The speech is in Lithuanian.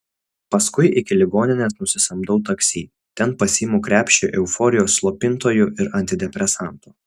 paskui iki ligoninės nusisamdau taksi ten pasiimu krepšį euforijos slopintojų ir antidepresantų